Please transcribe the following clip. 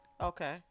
Okay